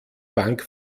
bank